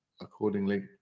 accordingly